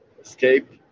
escape